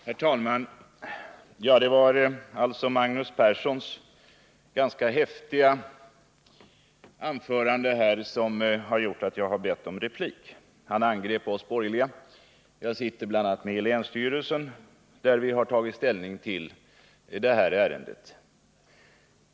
Herr talman! Det var Magnus Perssons ganska häftiga anförande, där han angrep oss borgerliga, som gjorde att jag bad om replik. Jag sitter bl.a. med i länsstyrelsen i Värmland, som har tagit ställning till detta ärende.